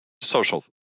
social